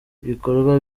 ibikorwa